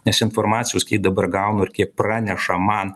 nes informacijos kiek dabar gaunu ir kiek praneša man